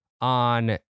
on